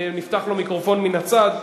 נפתח לו מיקרופון מן הצד,